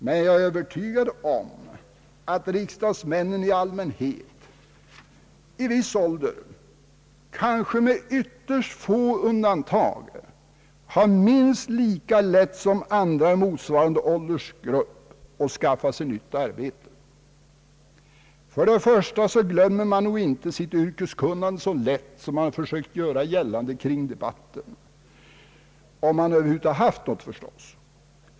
Men jag är övertygad om att riksdagsmännen i allmänhet i viss ålder kanske med ytterst få undantag har minst lika lätt som andra i motsvarande åldersgrupp att skaffa sig nytt arbete. För det första så glömmer man nog inte sitt yrkeskunnande så lätt som man har försökt göra gällande i debatten, om man över huvud taget har haft något förstås.